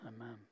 Amen